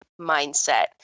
mindset